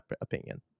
opinion